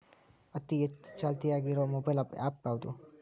ಅತಿ ಹೆಚ್ಚ ಚಾಲ್ತಿಯಾಗ ಇರು ಮೊಬೈಲ್ ಆ್ಯಪ್ ಯಾವುದು?